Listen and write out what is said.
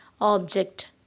object